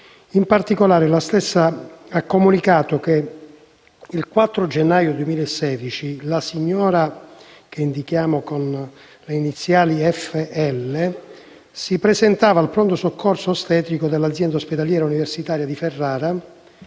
In particolare, la stessa ha comunicato che il 4 gennaio 2016 la signora che indichiamo con le iniziali FL si presentava al pronto soccorso ostetrico dell'azienda ospedaliero-universitaria di Ferrara